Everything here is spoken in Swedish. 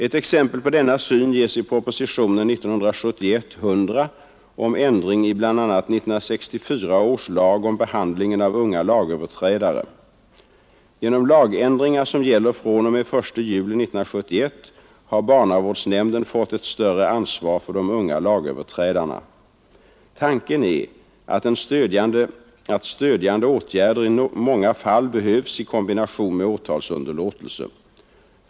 Ett exempel på denna syn ges i propositionen 100 år 1971 om ändring i bl.a. 1964 års lag om behandlingen av unga lagöverträdare. Genom lagändringen, som gäller fr.o.m. 1 juli 1971, har barnavårdsnämnden fått ett större ansvar för de unga lagöverträdarna. Tanken är den att stödjande åtgärder i många fall behövs i kombination med åtalsunderlåtelse.